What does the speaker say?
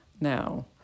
now